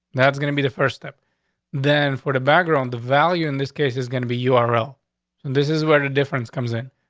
now it's gonna be the first step then for the background. the value in this case is going to be a ah girl. and this is where the difference comes in.